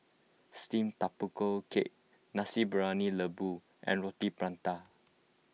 Steamed Tapioca Cake Nasi Briyani Lembu and Roti Prata